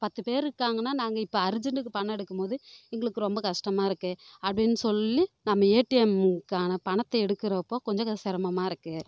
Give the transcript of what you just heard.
பத்து பேர் இருக்காங்கன்னால் நாங்கள் இப்போது அர்ஜென்டுக்கு பணம் எடுக்கும்போது எங்களுக்கு ரொம்ப கஷ்டமாக இருக்குது அப்படீன்னு சொல்லி நம்ம ஏடிஎம்க்கான பணத்தை எடுக்கிறப்போ கொஞ்சம் சிரமமா இருக்குது